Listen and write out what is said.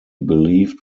believed